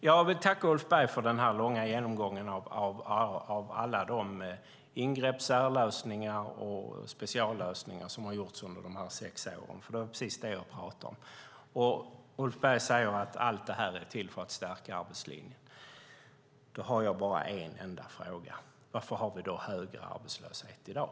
Jag vill tacka Ulf Berg för den långa genomgången av alla ingrepp, särlösningar och speciallösningar som har gjorts under dessa sex år. Det var precis det jag talade om. Ulf Berg säger att allt detta är till för att stärka arbetslinjen. Jag har en enda fråga. Varför har vi då högre arbetslöshet i dag?